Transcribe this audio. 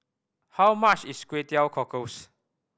how much is Kway Teow Cockles